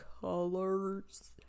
colors